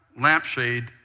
lampshade